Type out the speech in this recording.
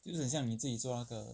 就很像你自己做那个